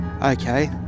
Okay